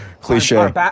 cliche